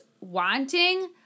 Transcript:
wanting